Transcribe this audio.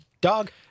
dog